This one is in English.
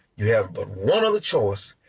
you have but one other choice,